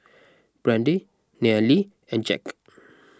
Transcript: Brande Nayeli and Jacque